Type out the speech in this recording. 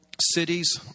cities